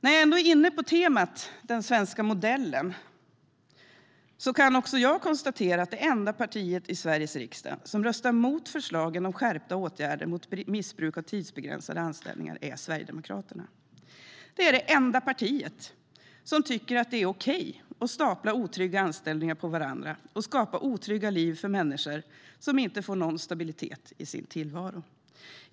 När jag ändå är inne på temat den svenska modellen kan också jag konstatera att det enda partiet i Sveriges riksdag som röstar mot förslagen om skärpta åtgärder mot missbruk av tidsbegränsade anställningar är Sverigedemokraterna. Det är det enda partiet som tycker att det är okej att stapla otrygga anställningar på varandra och skapa otrygga liv för människor som inte får någon stabilitet i sin tillvaro.